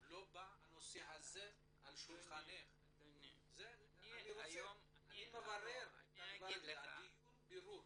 אני מברר את הדברים.